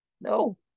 no